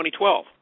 2012